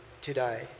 today